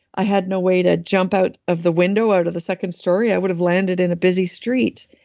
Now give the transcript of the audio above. i had no way to jump out of the window, out of the second story. i would have landed in a busy street.